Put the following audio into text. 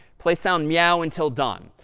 play sound meow until done.